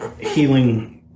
healing